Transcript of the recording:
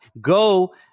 go